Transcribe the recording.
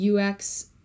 UX